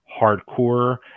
hardcore